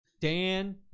Dan